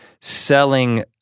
selling